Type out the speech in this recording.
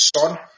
Son